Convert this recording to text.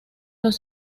los